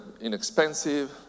inexpensive